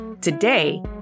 Today